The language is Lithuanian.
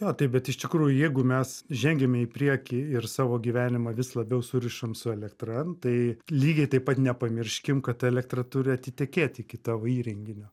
jo tai bet iš tikrųjų jeigu mes žengiame į priekį ir savo gyvenimą vis labiau surišam su elektra tai lygiai taip pat nepamirškim kad elektra turi atitekėti iki tavo įrenginio